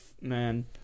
man